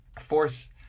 force